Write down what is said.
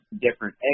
different